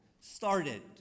Started